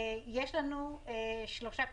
יש לנו שלושה כלים.